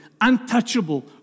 untouchable